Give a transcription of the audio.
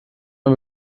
man